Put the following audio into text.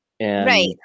Right